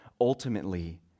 Ultimately